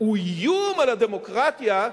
הוא איום על הדמוקרטיה,